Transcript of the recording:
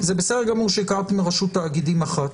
זה בסדר גמור --- מרשות תאגידים אחת,